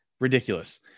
Ridiculous